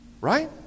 right